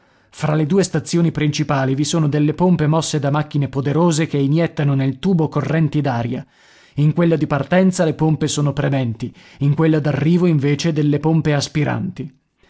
fra le due stazioni principali vi sono delle pompe mosse da macchine poderose che iniettano nel tubo correnti d'aria in quella di partenza le pompe sono prementi in quella d'arrivo invece delle pompe aspiranti